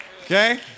Okay